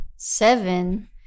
Seven